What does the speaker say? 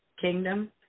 Kingdom